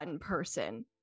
person